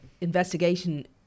investigation